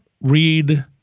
read